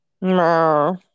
No